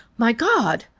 my god!